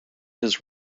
his